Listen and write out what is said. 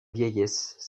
vieillesse